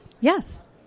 Yes